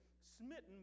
smitten